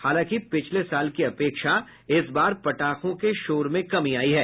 हालांकि पिछले साल की अपेक्षा इस बार पटाखों के शोर में कमी आई है